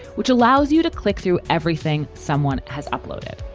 which allows you to click through everything someone has uploaded,